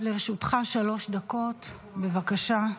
לרשותך שלוש דקות, בבקשה.